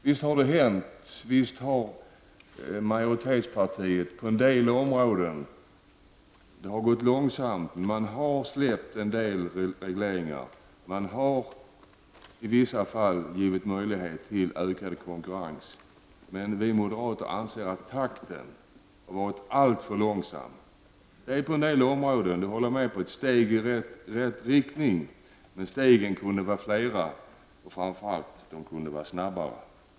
Visst har det hänt att majoritetspartiet på en del områden har släppt en del regleringar -- även om det har gått långsamt -- och man har i vissa fall givit möjligheter till ökad konkurrens. Vi moderater anser dock att takten har varit alltför långsam. På en del områden är det ett steg i rätt riktning. Det håller jag med om. Men stegen kunde vara flera och framför allt snabbare.